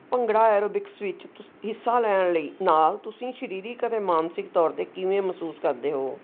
bhangra aerobics ਵਿੱਚ ਤੁਸ ਹਿੱਸਾ ਲੈਣ ਲਈ ਨਾਲ ਤੁਸੀਂ ਸਰੀਰਿਕ ਅਤੇ ਮਾਨਸਿਕ ਤੌਰ 'ਤੇ ਕਿਵੇਂ ਮਹਿਸੂਸ ਕਰਦੇ ਹੋ